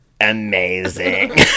amazing